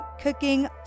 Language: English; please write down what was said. cooking